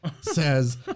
says